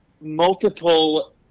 multiple